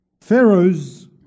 Pharaohs